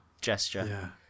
gesture